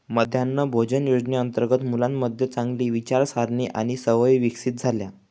मध्यान्ह भोजन योजनेअंतर्गत मुलांमध्ये चांगली विचारसारणी आणि सवयी विकसित झाल्या